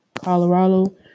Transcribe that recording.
Colorado